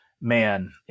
man